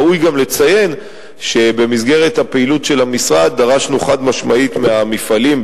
ראוי גם לציין שבמסגרת הפעילות של המשרד דרשנו חד-משמעית מהמפעלים,